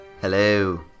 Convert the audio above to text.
Hello